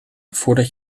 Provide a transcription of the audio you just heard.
voordat